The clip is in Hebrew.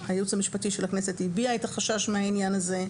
הייעוץ המשפטי של הכנסת הביע את החשש מהעניין הזה,